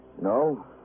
No